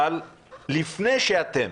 אבל לפני שאתם